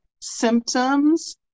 symptoms